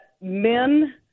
men